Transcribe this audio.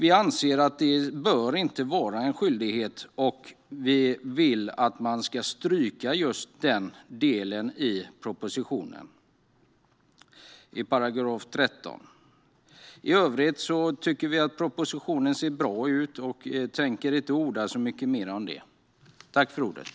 Vi anser att det inte bör vara en skyldighet och vill att man ska stryka just den delen i § 13 i propositionen. I övrigt tycker vi att propositionen ser bra ut, så jag tänker inte orda så mycket mer om den.